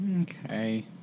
Okay